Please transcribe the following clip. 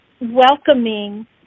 welcoming